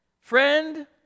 friend